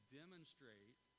demonstrate